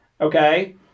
Okay